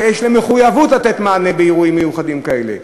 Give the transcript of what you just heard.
שיש להם מחויבות לתת מענה באירועים מיוחדים כאלה.